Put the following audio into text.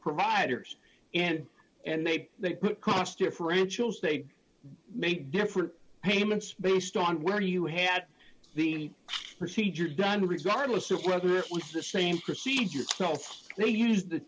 providers and and they cost differentials they may differ payments based on where you had the procedure done regardless of whether it was the same procedure itself they used the